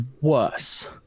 worse